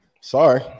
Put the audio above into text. Sorry